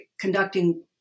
conducting